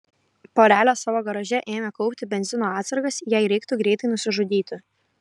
porelė savo garaže ėmė kaupti benzino atsargas jei reiktų greitai nusižudyti